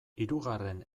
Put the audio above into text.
hirugarren